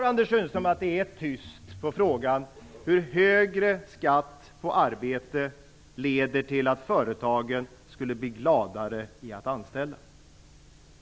Jag förstår att det är tyst när man frågar hur högre skatt på arbete kan leda till att företagen blir gladare i att anställa.